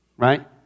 Right